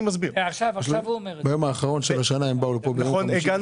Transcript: ביום האחרון של השנה הם באו לפה --- הגענו